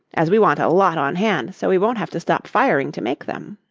as we want a lot on hand so we wont have to stop firing to make them.